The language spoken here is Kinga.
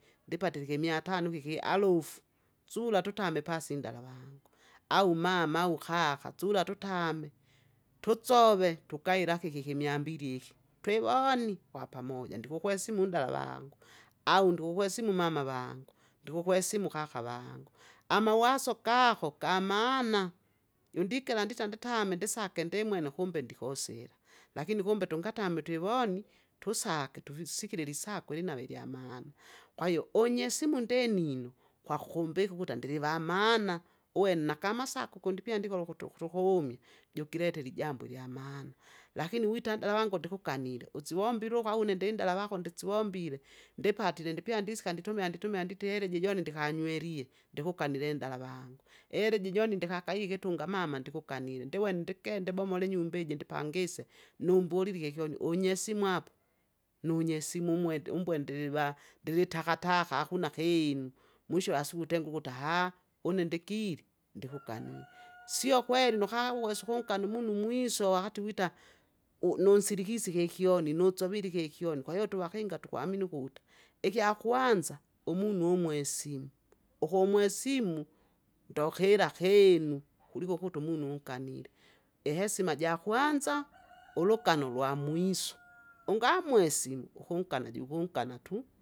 Ndipatile ikimyatano ikiki alufu, sula tutame pasi inndala vangu, au mama au kaka, sula tutame. Tutsove tukailaki kiki miambila ikii, twiwoni! wapamoja, ndikukwesimu unndala vangu, au ndukukwesimu umama vangu, ndikukwesimu kaka vangu. Amawaso gako gamaana, jundikera ndita nditame ndisake ndimwene ukumbe ndikosira. Lakini kumbe tungatame twivoni, tusake tuvisikile lisakwe linave ilyamaana, kwahiyo unyesimu ndininno, kwakukumbika ukuti andrivamana! uwe nakamasako ukundipia ndikolo ukutu ukutukuumi, jukiletere ijambo ilyamaana. Lakini wita anndala wangu ndikuganile, usivombilukwa au une ndinndala vako ndisivombile, ndipatile ndipya ndisika nditumia nditumia ndite ihera iji joni ndikanywelie, ndikukanile inndala wangu. Ihera iji joni ndikakaiye ikitunga mama ndikukanile, ndiwene ndike ndibomole inyumba iji ndipangise, numbulileke kyoni unyesimu apa, nunyesimu umwende umbwendiliva ndrilitakataka akuna keinu, mwisho wa siku utenge ukuta une ndikili, ndikuganile, sio kweli nukawesa ukunagana umunu mwiso wakati wita, u- nunsilikisi kikyoni nunsovile ikikyoni, kwahiyo tuwakinga tukwamini ukuta. Ikyakwanza, umunu umwesimu, ukumwesimu, ndokila kinu, kuliko ukuto umunu unkanile, ihesima jakwanza, ulugano lwamwiso, ungamwesimu ukungana jukungana tu.